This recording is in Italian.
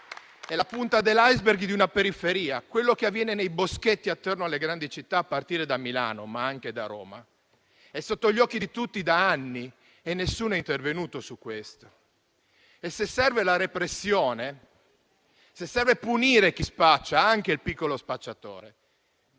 è la punta dell'*iceberg* di una periferia; quanto avviene nei boschetti attorno alle grandi città, a partire da Milano, ma anche a Roma, è sotto gli occhi di tutti da anni e nessuno è intervenuto su questo. Se serve la repressione, se serve punire chi spaccia, anche il piccolo spacciatore,